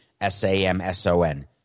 S-A-M-S-O-N